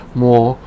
more